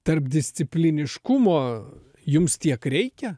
tarpdiscipliniškumo jums tiek reikia